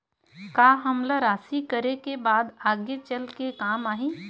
का हमला राशि करे के बाद आगे चल के काम आही?